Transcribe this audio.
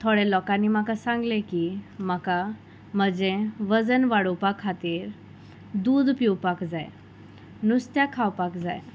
थोड्या लोकांनी म्हाका सांगलें की म्हाका म्हजें वजन वाडोवपा खातीर दूद पिवपाक जाय नुस्तें खावपाक जाय